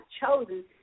chosen